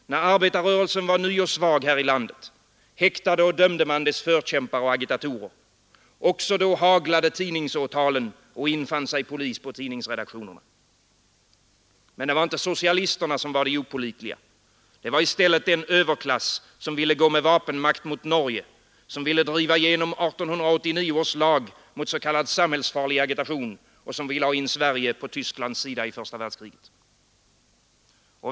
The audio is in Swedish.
När arbetarrörelsen var ny och svag här i landet, häktade och dömde man dess förkämpar och agitatorer. Också då haglade tidningsåtalen och infann sig polis på tidningsredaktionerna. Men det var inte socialisterna som var de opålitliga, det var i stället den överklass, som ville gå med vapenmakt mot Norge, som ville driva igenom 1889 års lag mot s.k. samhällsfarlig agitation och som ville ha in Sverige på Tysklands sida i första världskriget.